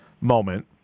moment